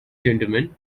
gentlemen